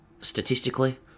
statistically